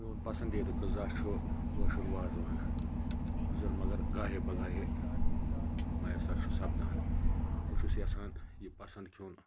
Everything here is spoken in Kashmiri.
میٛون پَسنٛدیٖدٕ غٕذا چھُ کٲشُر وازوان یُس زَن مَگَر گاہے بہ گاہے مَیَسَر چھُ سَپدان بہٕ چھُس یَژھان یہِ پَسَنٛد کھیٚون